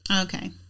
Okay